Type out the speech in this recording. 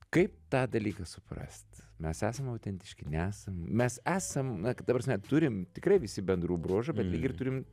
kaip tą dalyką suprast mes esame autentiški nesam mes esam na ta prasme turim tikrai visi bendrų bruožų bet lyg ir turim